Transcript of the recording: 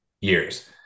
years